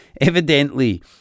Evidently